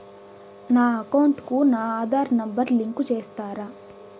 నా అకౌంట్ కు నా ఆధార్ నెంబర్ లింకు చేసారా